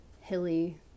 hilly